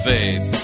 Faith